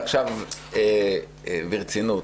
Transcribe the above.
ועכשיו ברצינות,